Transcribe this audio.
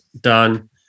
done